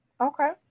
Okay